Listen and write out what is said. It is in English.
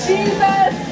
Jesus